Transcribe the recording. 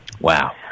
Wow